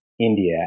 India